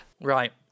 Right